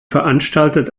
veranstaltet